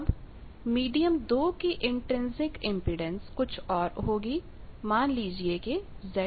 अब मीडियम 2 की intrinsic impedance कुछ और होगी मान लीजिए कि Z2